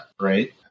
right